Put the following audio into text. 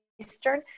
Eastern